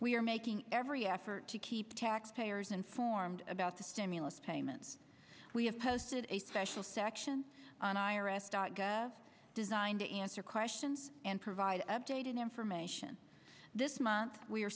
we are making every effort to keep taxpayers informed about the stimulus payments we have posted a special section on iris dot gov designed to answer questions and provide updated information this month we